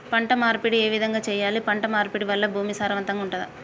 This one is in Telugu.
పంట మార్పిడి ఏ విధంగా చెయ్యాలి? పంట మార్పిడి వల్ల భూమి సారవంతంగా ఉంటదా?